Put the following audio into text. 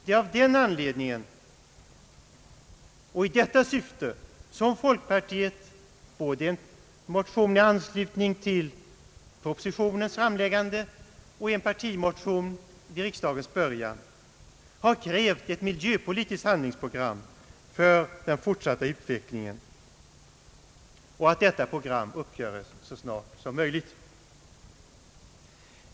Det är av den anledningen och i detta syfte som folkpartiet både i en motion i anslutning till propositionens framläggande och i en partimotion vid riksdagens början har krävt ett miljöpolitiskt handlingsprogram för den fortsatta utvecklingen och att detta program uppgöres så snart som möjligt.